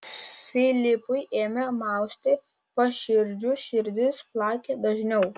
filipui ėmė mausti paširdžius širdis plakė dažniau